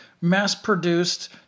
mass-produced